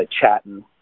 chatting